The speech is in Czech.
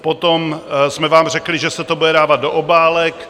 Potom jsme vám řekli, že se to bude dávat do obálek.